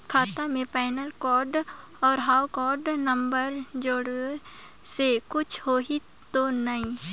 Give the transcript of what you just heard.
खाता मे PAN card और हव कारड नंबर जोड़े से कुछ होही तो नइ?